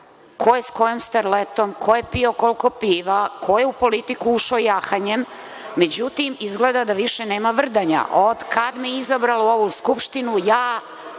ko je sa kojom starletom, ko je pio koliko piva, ko je u politiku ušao jahanjem. Međutim, izgleda da više nema vrdanja. Od kad me je izabralo u ovu Skupštinu, ja